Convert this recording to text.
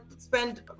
spend